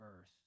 earth